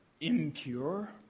impure